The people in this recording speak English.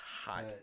hot